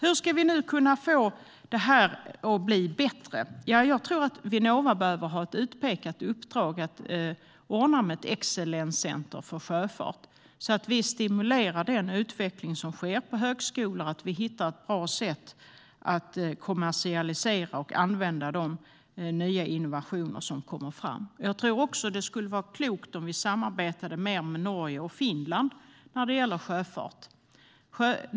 Hur ska vi nu kunna få det här att bli bättre? Jag tror att Vinnova behöver ha ett utpekat uppdrag att ordna med ett excellence center för sjöfart, så att vi stimulerar den utveckling som sker på högskolan och hittar ett bra sätt att kommersialisera och använda de nya innovationer som kommer fram. Jag tror också att det skulle vara klokt om vi samarbetade mer med Norge och Finland beträffande sjöfart.